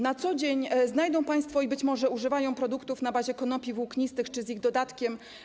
Na co dzień znajdą państwo - i być może używają - produkty na bazie konopi włóknistych lub z ich dodatkiem.